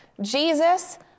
Jesus